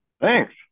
Thanks